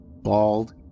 bald